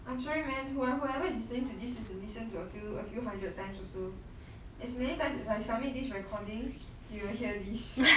I'm sorry man whoever whoever is listening to this you have to listen to a few a few hundred times or so as many times as I submit this recording you will hear this